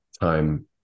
time